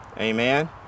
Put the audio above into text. Amen